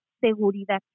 seguridad